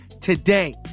today